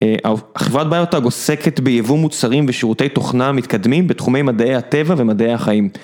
החברת ביוטאג עוסקת ביבוא מוצרים ושירותי תוכנה מתקדמים בתחומי מדעי הטבע ומדעי החיים.